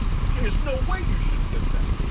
there's no way you should sit them.